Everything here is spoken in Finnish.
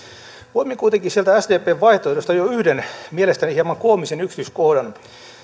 poimin kuitenkin sdpn vaihtoehdosta jo yhden mielestäni hieman koomisen yksityiskohdan